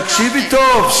תקשיבי טוב.